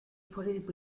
forest